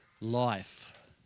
life